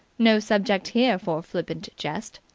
no subject here for flippant jest.